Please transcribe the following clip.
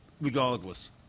regardless